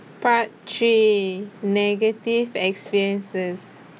part three negative experiences